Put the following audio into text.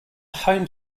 home